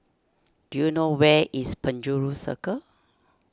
do you know where is Penjuru Circle